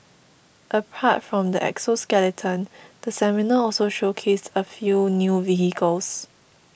apart from the exoskeleton the seminar also showcased a few new vehicles